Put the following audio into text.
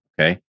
Okay